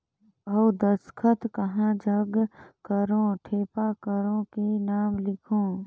अउ दस्खत कहा जग करो ठेपा करो कि नाम लिखो?